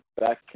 back